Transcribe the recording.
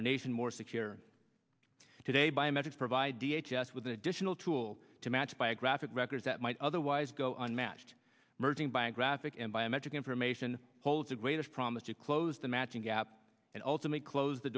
our nation more secure today biometrics provide d h s s with additional tool to match biographic records that might otherwise go unmatched merging biographic and biometric information hold the greatest promise to close the matching gap and ultimate close the